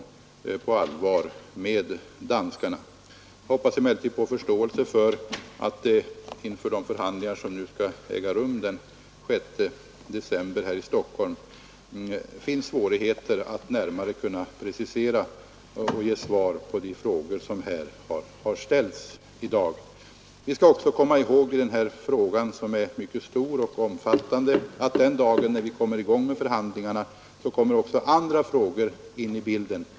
Jag hoppas emellertid på förståelse för att det inför de förhandlingar som skall äga rum den 6 december i Stockholm är svårt att närmare precisera och ge svar på de frågor som har ställts i dag. Vi skall också komma ihåg att den här frågan är mycket stor och omfattande och att den dag vi startar förhandlingarna kommer också andra frågor in i bilden.